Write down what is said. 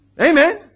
Amen